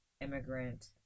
immigrant